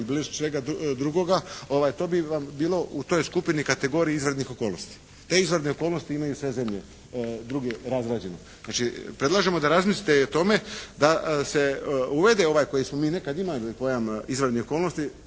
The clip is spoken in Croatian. ili bilo čega drugoga, to bi vam bilo u toj skupini kategoriji izvanrednih okolnosti. Te izvanredne okolnosti imaju sve zemlje druge razrađeno. Znači predlažemo da razmislite o tome da se uvede ovaj koji smo mi nekad imali pojam izvanrednih okolnosti,